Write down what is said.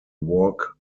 walk